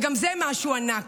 וגם זה משהו ענק.